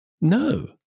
No